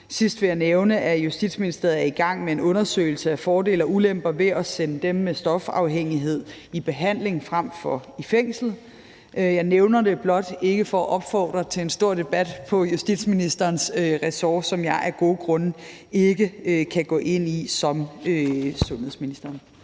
Sidst vil jeg nævne, at Justitsministeriet er i gang med en undersøgelse af fordele og ulemper ved at sende dem med stofafhængighed i behandling fremfor i fængsel. Jeg nævner det blot, ikke for at opfordre til en stor debat på justitsministerens ressort, som jeg af gode grunde ikke kan gå ind i som sundhedsminister.